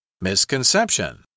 Misconception